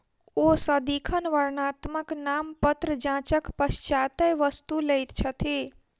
ओ सदिखन वर्णात्मक नामपत्र जांचक पश्चातै वस्तु लैत छथि